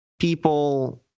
people